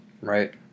Right